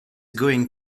going